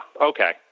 okay